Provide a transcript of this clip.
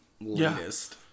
latest